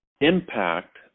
impact